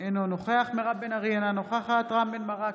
אינו נוכח מירב בן ארי, אינה נוכחת רם בן ברק,